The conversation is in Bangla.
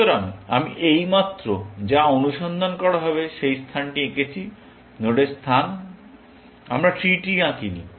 সুতরাং আমি এইমাত্র যা অনুসন্ধান করা হবে সেই স্থানটি এঁকেছি নোডের স্থান আমরা ট্রি আঁকিনি